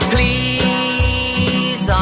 Please